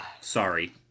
Sorry